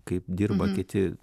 kaip dirba kiti